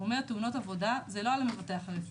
הוא אומר תאונות עבודה זה לא על המבטח הרפואי.